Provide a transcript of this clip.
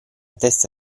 testa